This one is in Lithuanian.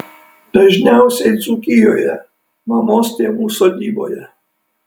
dažniausiai dzūkijoje mamos tėvų sodyboje